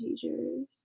teachers